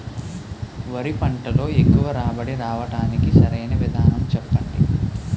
వరి పంటలో ఎక్కువ రాబడి రావటానికి సరైన విధానం చెప్పండి?